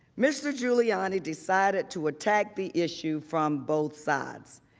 mr. giuliani decided to attack the issue from both sides.